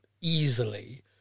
easily